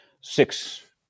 six